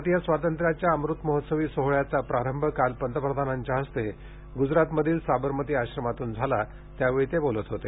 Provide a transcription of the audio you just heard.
भारतीय स्वातंत्र्याच्या अमृतमहोत्सवी सोहोळ्याचा प्रारंभ काल पंतप्रधानांच्या हस्ते गुजरातमध्ये साबरमती आश्रमातून झाला त्यावेळी ते बोलत होते